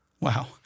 Wow